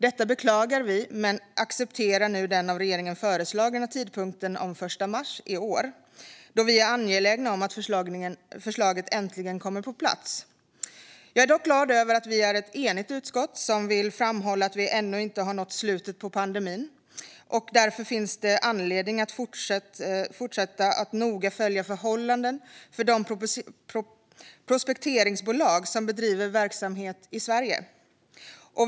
Detta beklagar vi, men vi accepterar den av regeringen föreslagna tidpunkten den 1 mars i år, då vi är angelägna om att förslaget äntligen ska komma på plats. Undersökningstillstånd Jag är dock glad över att vi är ett enigt utskott som vill framhålla att vi ännu inte nått slutet på pandemin och att det därför finns anledning att fortsätta att noga följa förhållandena för de prospekteringsbolag som bedriver verksamhet i Sverige.